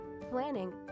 planning